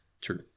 True